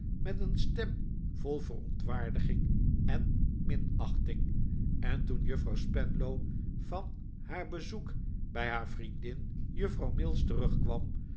met een stem vol verontwaardiging en minachting en toen juffrouw spenlow van haar bezoek bij haar vriendin juffrouw mills terugkwam